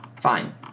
Fine